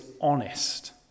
honest